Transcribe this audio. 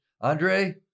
Andre